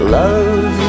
love